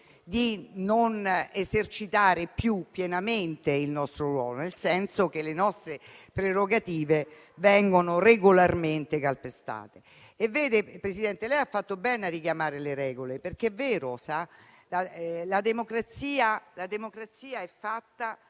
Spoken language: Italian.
di non esercitare più pienamente il nostro ruolo, nel senso che le nostre prerogative vengono regolarmente calpestate. Signor Presidente, ha fatto bene a richiamare le regole: è vero, la democrazia è fatta